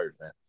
man